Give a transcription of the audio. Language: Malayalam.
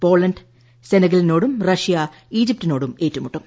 പോളണ്ട് സെനഗലിനോടും റഷ്യ ഇൌജിപ്തിനോടും ഏറ്റുമുട്ടും